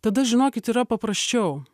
tada žinokit yra paprasčiau